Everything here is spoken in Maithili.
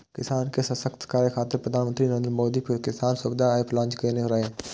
किसान के सशक्त करै खातिर प्रधानमंत्री नरेंद्र मोदी किसान सुविधा एप लॉन्च केने रहै